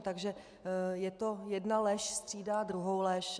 Takže jedna lež střídá druhou lež.